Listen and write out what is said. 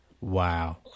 Wow